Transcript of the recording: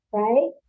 right